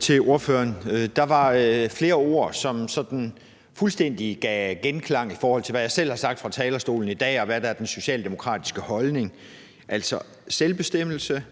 til ordføreren. Der var flere ord, som sådan fuldstændig gav genklang, i forhold til hvad jeg selv har sagt fra talerstolen i dag og hvad der er den socialdemokratiske holdning, altså selvbestemmelse,